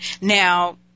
Now